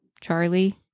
Charlie